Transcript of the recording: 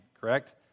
Correct